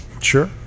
sure